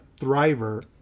thriver